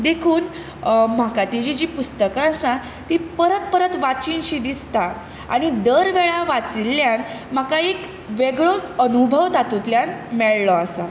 देखून म्हाका तेजीं जीं पुस्तकां आसा तीं परत परत वाचिनशीं दिसता आनी दर वेळा वाचिल्ल्यान म्हाका एक वेगळोच अनुभव तातुंतल्यान मेळ्ळो आसा